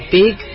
big